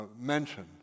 mention